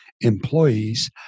employees